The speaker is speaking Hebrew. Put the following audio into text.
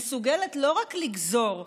מסוגלת לא רק לגזור,